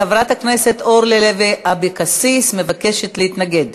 חברת הכנסת אורלי לוי אבקסיס מבקשת להתנגד.